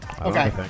Okay